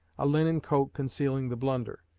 a linen coat concealing the blunder.